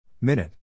Minute